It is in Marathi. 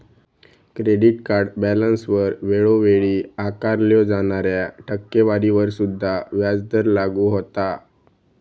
क्रेडिट कार्ड बॅलन्सवर वेळोवेळी आकारल्यो जाणाऱ्या टक्केवारीवर सुद्धा व्याजदर लागू होता